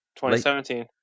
2017